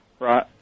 Right